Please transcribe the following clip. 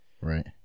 Right